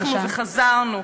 ומשכנו וחזרנו.